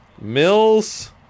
mills